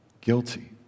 guilty